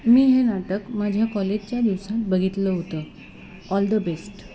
मी हे नाटक माझ्या कॉलेजच्या दिवसात बघितलं होतं ऑल द बेस्ट